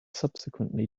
subsequently